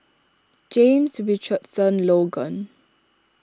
James Richardson Logan